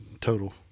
Total